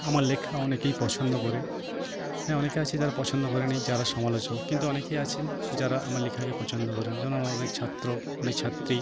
আমার লেখা অনেকেই পছন্দ করে হ্যাঁ অনেকে আছে যারা পছন্দ করে নি যারা সমালোচক কিন্তু অনেকেই আছেন যারা আমার লেখাকে পছন্দ করেন যেমন আমার অনেক ছাত্র অনেক ছাত্রী